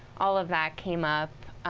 all of that came up.